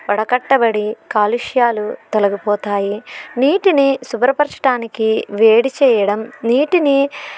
వడకట్టబడి కాలుష్యాలు తొలగిపోతాయి నీటిని శుభ్రపరచడానికి వేడి చేయడం నీటిని